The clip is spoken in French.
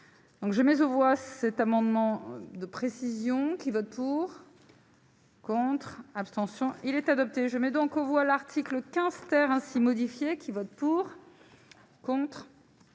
je mais voit cet amendement de précision qui vote pour. Contre, abstention il est adopté, je mets donc aux voix, l'article 15 ter ainsi modifiées qui votent pour contre. Abstention